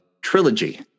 trilogy